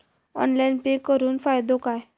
Online pay करुन फायदो काय?